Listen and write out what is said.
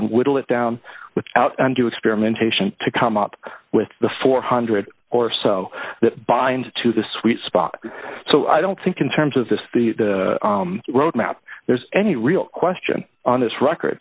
with out and do experimentation to come up with the four hundred or so that bind to the sweet spot so i don't think in terms of this the roadmap there's any real question on this record